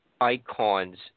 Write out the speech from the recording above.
icons